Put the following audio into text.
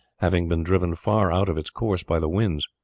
having been driven far out of its course by the winds.